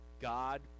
God